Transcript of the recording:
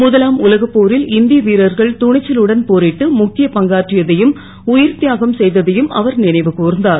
முதலாம் உலகப் போரில் இந் ய வீரர்கள் துணிச்சலுடன் போரிட்டு முக்கிய பங்காற்றியதையும் உ ர் யாகம் செ தததையும் அவர் னைவு கூர்ந்தார்